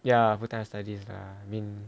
ya full time studies ah I mean